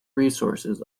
resources